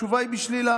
התשובה היא בשלילה.